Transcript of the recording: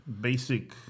Basic